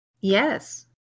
Yes